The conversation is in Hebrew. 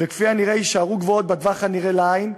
וכפי הנראה יישארו גבוהות בטווח הנראה לעין,